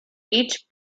each